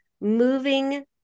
moving